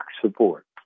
support